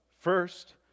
first